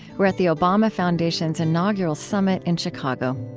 we're at the obama foundation's inaugural summit in chicago